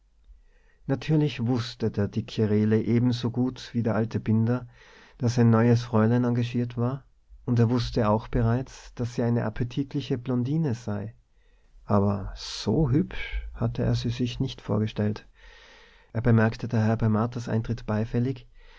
natürlich wußte der dicke rehle ebensogut wie der alte binder daß ein neues fräulein engagiert war und er wußte auch bereits daß sie eine appetitliche blondine sei aber so hübsch hatte er sie sich nicht vorgestellt er bemerkte daher bei marthas eintritt beifällig